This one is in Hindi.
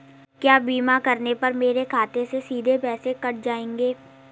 क्या बीमा करने पर मेरे खाते से सीधे पैसे कट जाएंगे?